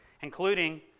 including